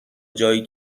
جایی